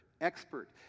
Expert